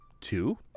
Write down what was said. Two